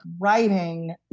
writing